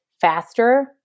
faster